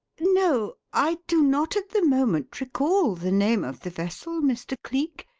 no, i do not at the moment recall the name of the vessel, mr. cleek,